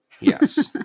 Yes